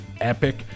epic